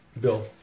bill